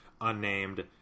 unnamed